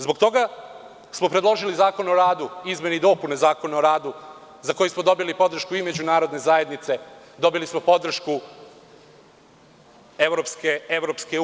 Zbog toga smo predložili Zakon o radu, izmene i dopune Zakona o radu, za koji smo dobili podršku i međunarodne zajednice, dobili smo podršku EU.